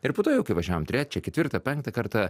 ir po to jau kai važiavom trečią ketvirtą penktą kartą